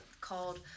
called